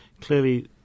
Clearly